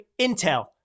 intel